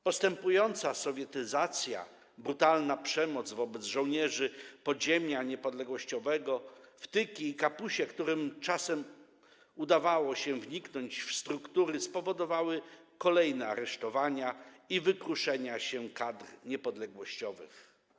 Postępująca sowietyzacja, brutalna przemoc wobec żołnierzy podziemia niepodległościowego, wtyki i kapusie, którym czasem udawało się wniknąć w struktury, spowodowały kolejne aresztowania i wykruszanie się kadr niepodległościowych.